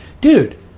dude